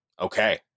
Okay